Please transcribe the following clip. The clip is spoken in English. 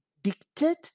dictate